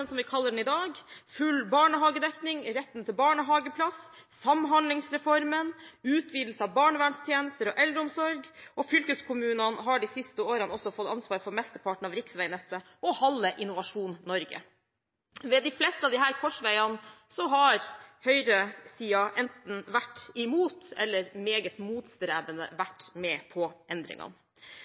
som vi kaller den i dag, full barnehagedekning, retten til barnehageplass, Samhandlingsreformen, utvidelse av barnevernstjenester og eldreomsorg og fylkeskommunene har de siste årene også fått ansvaret for mesteparten av riksveinettet og halve Innovasjon Norge. Ved de fleste av disse korsveiene har høyresiden enten vært imot eller meget motstrebende vært med på endringene.